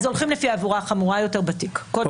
הולכים לפי העבירה החמורה ביותר בתיק, קודם כל.